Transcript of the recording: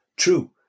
True